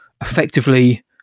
effectively